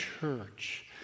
church